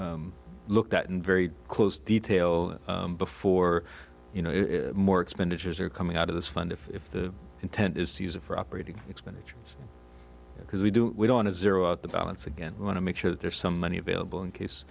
be looked at in very close detail before you know more expenditures are coming out of this fund if the intent is to use it for operating expenditures because we do we don't have zero out the balance again we want to make sure that there's some money available in case